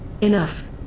Enough